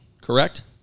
correct